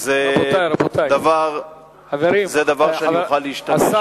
זה דבר שאני מוכן להשתמש בו.